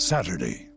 Saturday